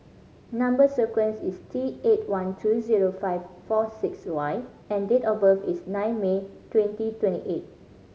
number sequence is T eight one two zero five four six Y and date of birth is nine May twenty twenty eight